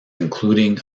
including